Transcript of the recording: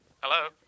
Hello